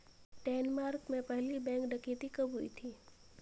Denmark में पहली bank डकैती कब हुई थी?